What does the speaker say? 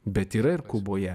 bet yra ir kuboje